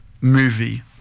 movie